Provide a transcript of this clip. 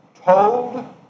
told